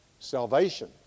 Salvation